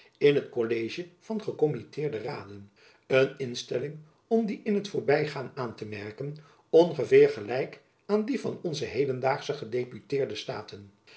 in t kollegie van gekommitteerde raden een instelling om dit in t voorbygaan aan te merken ongeveer gelijk aan die van onze hedendaagsche gedeputeerde staten